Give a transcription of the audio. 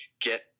get